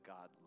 God